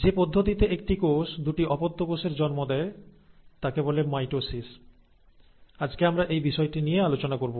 যে পদ্ধতিতে একটি কোষ দুটি অপত্য কোষের জন্ম দেয় তাকে বলে মাইটোসিস আজকে আমরা এই বিষয়টি নিয়ে আলোচনা করব